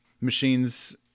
machines